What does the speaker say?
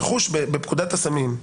רכוש בפקודת הסמים,